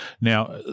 Now